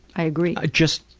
i agree. i just,